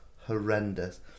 horrendous